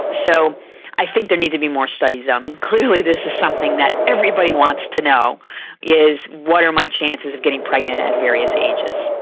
so i think there need to be more studies. um and clearly this is something that everybody wants to know what are my chances of getting pregnant at various ages?